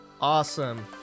Awesome